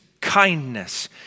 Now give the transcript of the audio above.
kindness